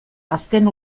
azken